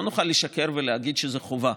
לא נוכל לשקר ולהגיד שזו חובה,